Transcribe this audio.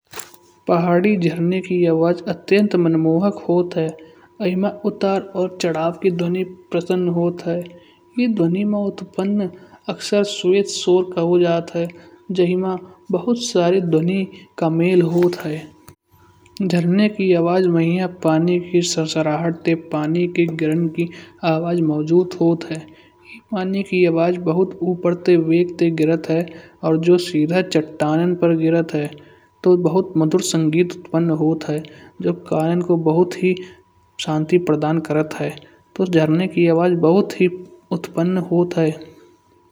पहाड़े झरनों की आवाज़ अत्यंत मनमोहक होत है। जा मा उतर और चढ़ाव की ध्वनि प्रसन्न होत है। यह ध्वनि मैं उत्पन्न अक्षर स्वेत सौर खी जात है। जेहिमा बहुत सारे ध्वनि का मेल होत है। झरने की आवाज वही है पानी की सरसराहट ते पानी के गिरन की आवाज मौजूद होत हैं। पाने की आवाज बहुत ऊपर ते वेग ते गिरत है। और जो सीधी चट्टानों पर गिरत है। तो बहुत मधुर संगीत उत्पन्न होत है। जब कानन को बहुत ही शांति प्रदान करत है। तो झरने की आवाज बहुत ही उत्पन्न होत है।